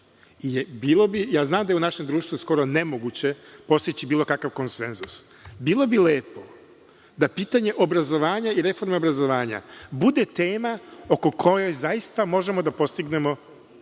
je zajednički. Znam da je u našem društvu skoro nemoguće postići bilo kakav konsenzus. Bilo bi lepo da pitanje obrazovanja i reforma obrazovanja bude tema oko koje zaista možemo da postignemo